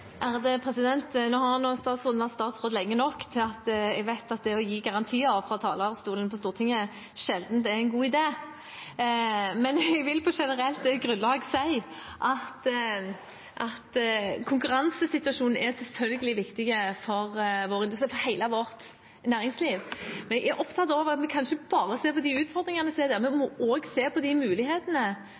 Nå har denne statsråden vært statsråd lenge nok til at jeg vet at det å gi garantier fra talerstolen på Stortinget sjelden er en god idé. Jeg vil på generelt grunnlag si at konkurransesituasjonen selvfølgelig er viktig for hele næringslivet vårt. Men jeg er opptatt av at vi ikke kan se på bare utfordringene; vi må også se på mulighetene.